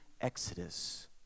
exodus